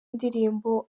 indirimbo